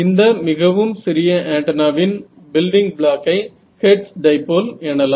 இந்த மிகவும் சிறிய ஆண்டனாவின் பில்டிங் பிளாக் ஐ ஹெர்ட்ஸ்டைபோல் எனலாம்